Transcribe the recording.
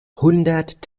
hundert